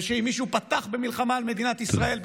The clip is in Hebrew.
אם מישהו פתח במלחמה על מדינת ישראל,